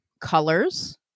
colors